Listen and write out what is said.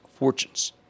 fortunes